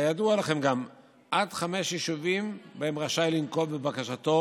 גם ידוע לכם שהוא רשאי לנקוב בבקשתו